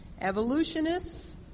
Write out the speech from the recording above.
Evolutionists